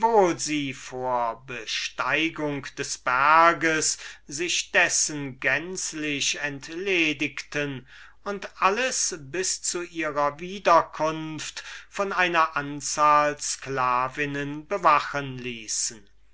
besteigung des berges sich dessen wieder entledigten und alles bis zu ihrer wiederkunft von einer anzahl sklavinnen bewachen ließen